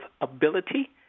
ability